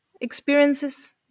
experiences